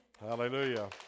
Hallelujah